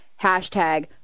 hashtag